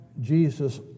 Jesus